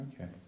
Okay